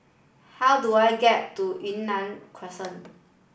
how do I get to Yunnan Crescent